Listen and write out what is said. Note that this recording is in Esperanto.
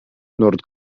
nord